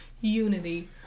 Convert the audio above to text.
Unity